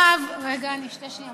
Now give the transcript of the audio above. רגע, אני אשתה שנייה